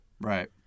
Right